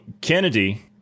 Kennedy